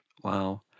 Wow